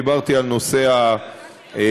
דיברתי על נושא הסמים.